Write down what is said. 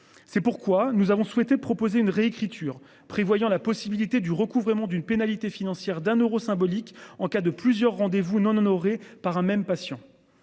C'est pourquoi nous avons souhaité proposer une réécriture prévoyant la possibilité du recouvrement d'une pénalité financière d'un euro symbolique en cas de plusieurs rendez-vous non honorés par un même patient.